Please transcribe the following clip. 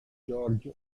george